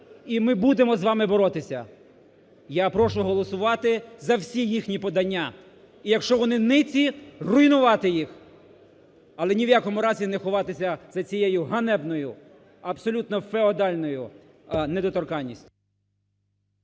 і ми будемо з вами боротися! Я прошу голосувати за всі їхні подання. І якщо вони ниці, руйнувати їх! Але ні в якому разі не ховатися за цією ганебною, абсолютно феодальною недоторканністю.